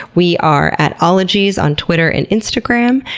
we are at ologies on twitter and instagram,